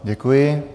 Děkuji.